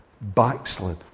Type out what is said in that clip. backslid